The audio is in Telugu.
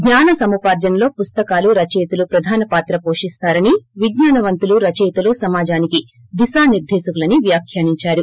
జ్ఞాన సముపార్షనలో పుస్తకాలు రచయితలు ప్రధాన పాత్ర పోషిస్తారని విజ్ఞానవంతులు రచయితలు సమాజానికి దిశానిర్దేశకులని వ్వాఖ్వానించారు